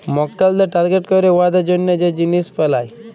মক্কেলদের টার্গেট ক্যইরে উয়াদের জ্যনহে যে জিলিস বেলায়